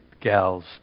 gals